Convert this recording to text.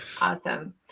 Awesome